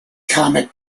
comic